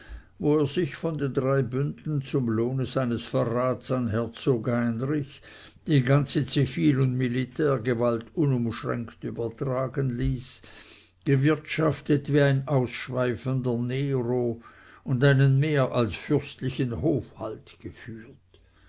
wo er sich von den drei bünden zum lohne seines verrats an herzog heinrich die ganze zivil und militärgewalt unumschränkt übertragen ließ gewirtschaftet wie ein ausschweifender nero und einen mehr als fürstlichen hofhalt geführt